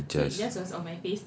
oh ya ijaz